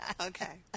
Okay